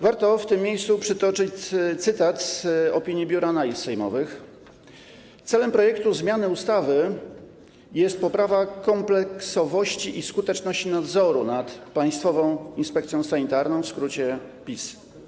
Warto w tym miejscu przytoczyć cytat z opinii Biura Analiz Sejmowych: „Celem projektu zmiany ustawy jest poprawa kompleksowości i skuteczności nadzoru nad Państwową Inspekcją Sanitarną, w skrócie PIS”